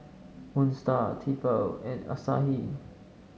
Moon Star Tefal and Asahi